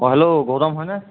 অঁ হেল্ল' গৌতম হয়নে